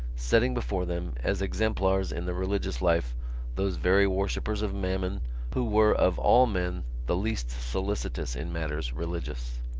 setting before them as exemplars in the religious life those very worshippers of mammon who were of all men the least solicitous in matters religious.